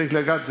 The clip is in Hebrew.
צריך לדעת,